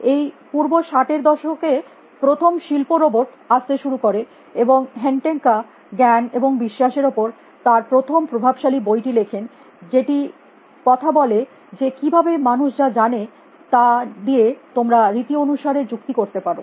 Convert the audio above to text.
এই পূর্ব 60 এর দশকে প্রথম শিল্প রোবট আসতে শুরু করে এবং হেনটেকা জ্ঞান এবং বিশ্বাসের উপর তার প্রথম প্রভাবশালী বইটি লেখেন যেটি কথা বলে যে কিভাবে মানুষ যা জানে তা নিয়ে তোমরা রীতি অনুসারে যুক্তি করতে পারো